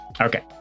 Okay